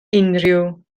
unrhyw